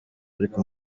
ariko